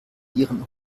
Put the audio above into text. ihren